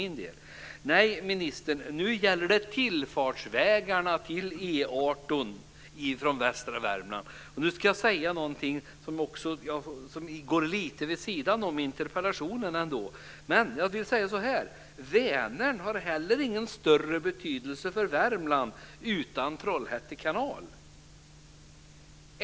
Nej, ministern, nu gäller det tillfartsvägarna till E 18 ifrån västra Värmland. Nu ska jag säga någonting som ligger lite vid sidan av interpellationen, men jag vill ändå säga det: Vänern har inte heller någon större betydelse för Värmland utan Trollhätte kanal.